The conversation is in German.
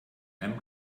einem